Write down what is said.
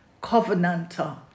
covenanter